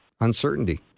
uncertainty